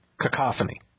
Cacophony